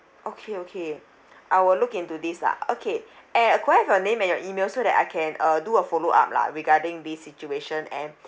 okay okay I will look into this lah okay and uh could I have your name and your email so that I can uh do a follow up lah regarding this situation and